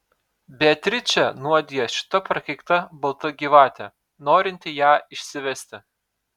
beatričę nuodija šita prakeikta balta gyvatė norinti ją išsivesti